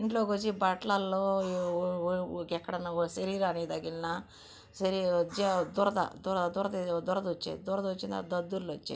ఇంట్లోకి వచ్చి బట్టల్లల్లో ఎక్కడన్నా శరీరానికి తగిలినా శరీరా దురద దురద దురద దురద వచ్చేది దురద వచ్చిన దద్దుర్లు వచ్చేది